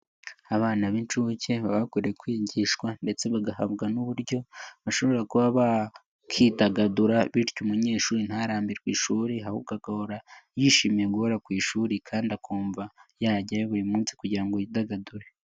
Abana b'inshuke baba bakwiriye kwigishwa ndetse bagahabwa n'uburyo bashobora kuba bakidagadura bityo umunyeshuri ntarambirwe ishuri ahubwo agahora yishimiye guhora ku ishuri kandi akumva yajyayo buri munsi kugira ngo yidagadure.